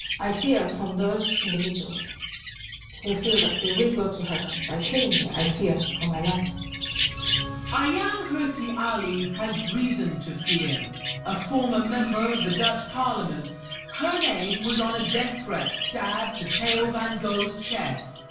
i? fear from those individuals who feel that they will go to heaven by killing me i fear for my life ayaan, hirsi ali has reason to fear a former member of the dutch parliament her name was on a death threat stabbed to teo van gogh's chest